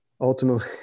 Ultimately